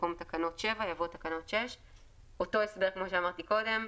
במקום "תקנות 7" יבוא "תקנות 6". אותו הסבר כמו שאמרתי קודם.